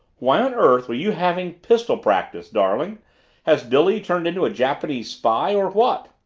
why on earth were you having pistol practice, darling has billy turned into a japanese spy or what?